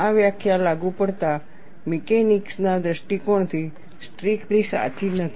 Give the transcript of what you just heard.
આ વ્યાખ્યા લાગુ પડતા મિકેનિક્સના દૃષ્ટિકોણથી સ્ટ્રીકલી સાચી નથી